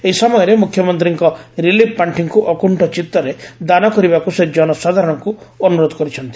ଏହି ସମୟରେ ମୁଖ୍ୟମଦ୍ଦୀଙ୍କ ରିଲିଫ୍ ପାଶିକୁ ଅକୁଶ୍ ଚିଉରେ ଦାନ କରିବାକୁ ସେ ଜନସାଧାରଣଙ୍କ ଅନୁରୋଧ କରିଛନ୍ତି